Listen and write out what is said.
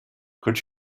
could